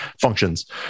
functions